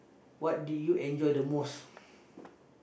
what did you enjoy the most